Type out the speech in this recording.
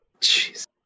jeez